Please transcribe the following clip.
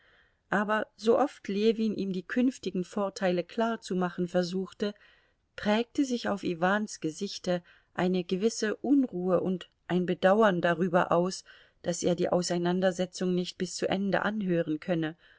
aber sooft ljewin ihm die künftigen vorteile klarzumachen versuchte prägte sich auf iwans gesichte eine gewisse unruhe und ein bedauern darüber aus daß er die auseinandersetzung nicht bis zu ende anhören könne